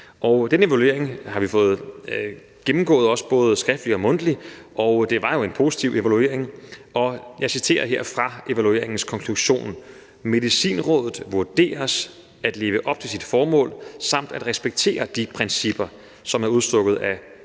Den evaluering har vi fået gennemgået både skriftligt og mundtligt, og det var jo en positiv evaluering. Jeg citerer her fra evalueringens konklusion: »Medicinrådet vurderes ... at leve op til sit formål samt at respektere de principper, som er udstukket af Danske